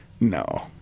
no